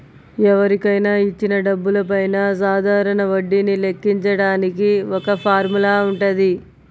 ఎవరికైనా ఇచ్చిన డబ్బులపైన సాధారణ వడ్డీని లెక్కించడానికి ఒక ఫార్ములా వుంటది